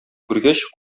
күргәч